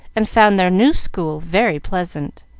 and found their new school very pleasant.